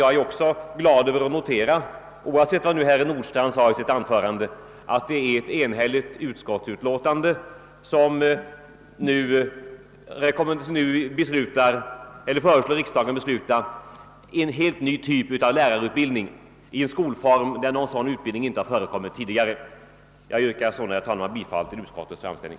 Jag är också glad att kunna notera, att det i ett enhälligt utskottsutlåtande nu föreslås att riksdagen skall besluta införa lärarutbildning i en skolform där någon sådan utbildning inte har förekommit tidigare. Jag yrkar sålunda, herr talman, bifall till utskottets framställning: